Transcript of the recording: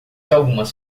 algumas